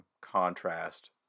contrast